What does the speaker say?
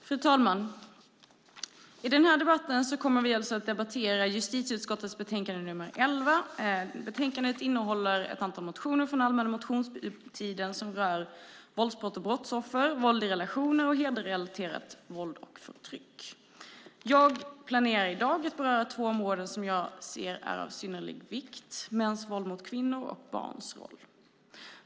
Fru talman! Vi debatterar nu justitieutskottets betänkande nr 11. Betänkandet innehåller ett antal motioner från allmänna motionstiden som rör våldsbrott och brottsoffer, våld i relationer och hedersrelaterat våld och förtryck. Jag planerar i dag att beröra två områden som jag anser är av synnerlig vikt: mäns våld mot kvinnor och barns roll.